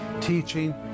teaching